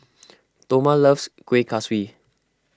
Toma loves Kueh Kaswi